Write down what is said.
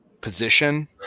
position